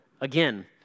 Again